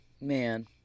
man